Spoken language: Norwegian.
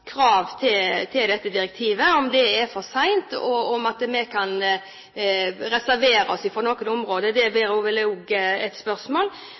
krav til dette direktivet, om det er for sent, og om vi kan reservere oss på noen områder. Men likevel ser det ut som om det i slutten av måneden blir vedtatt en totalharmonisering, og